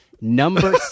number